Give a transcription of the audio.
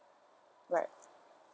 right